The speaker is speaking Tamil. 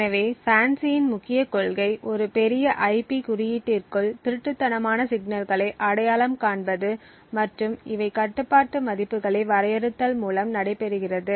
எனவே FANCI இன் முக்கிய கொள்கை ஒரு பெரிய ஐபி குறியீட்டிற்குள் திருட்டுத்தனமான சிக்னல்களை அடையாளம் காண்பது மற்றும் இவை கட்டுப்பாட்டு மதிப்புகளை வரையறுத்தல் மூலம் நடை பெறுகிறது